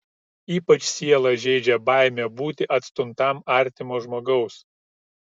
ypač sielą žeidžia baimė būti atstumtam artimo žmogaus